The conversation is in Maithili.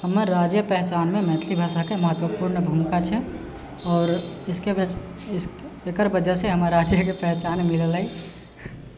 हमर राजे पेहचान मे मैथिलि भाषा के महत्वपूर्ण भूमिका छै आओर एकर वजह से हमर राज्य के पहचान मिलल है